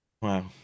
Wow